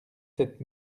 sept